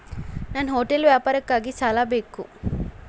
ನನ್ನ ಹೋಟೆಲ್ ವ್ಯಾಪಾರಕ್ಕಾಗಿ ಸಾಲ ಬೇಕು